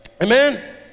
Amen